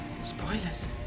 Spoilers